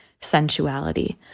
sensuality